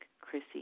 Chrissy